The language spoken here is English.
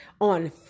on